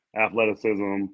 athleticism